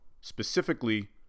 specifically